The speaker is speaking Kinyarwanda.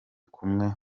kumwe